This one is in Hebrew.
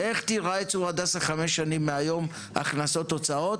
איך תיראה צור הדסה חמש שנים מהיום מבחינת הכנסות-הוצאות?